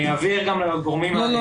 אני אעביר גם לגורמים --- לא,